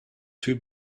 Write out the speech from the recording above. two